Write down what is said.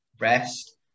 rest